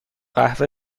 قهوه